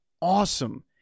Awesome